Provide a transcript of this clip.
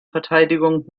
verteidigung